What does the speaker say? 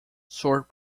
sort